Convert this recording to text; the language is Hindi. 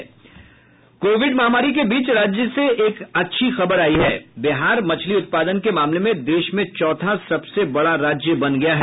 कोविड महामारी के बीच राज्य से एक अच्छी खबर आयी है बिहार मछली उत्पादन के मामले में देश में चौथा सबसे बड़ा राज्य बना गया है